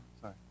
Sorry